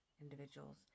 individuals